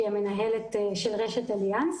שהיא המנהלת של רשת אליאנס.